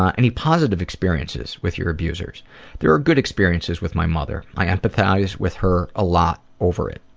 ah any positive experiences with your abusers there are good experiences with my mother. i empathize with her a lot over it.